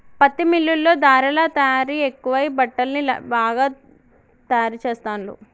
పత్తి మిల్లుల్లో ధారలా తయారీ ఎక్కువై బట్టల్ని బాగా తాయారు చెస్తాండ్లు